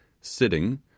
sitting